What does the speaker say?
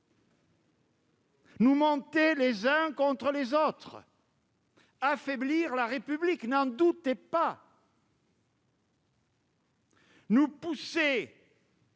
nous monter les uns contre les autres, d'affaiblir la République, de nous pousser